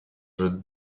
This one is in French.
jeu